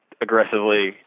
aggressively